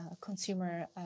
consumer